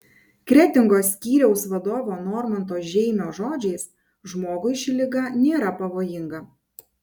kretingos skyriaus vadovo normanto žeimio žodžiais žmogui ši liga nėra pavojinga